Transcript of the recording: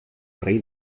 rey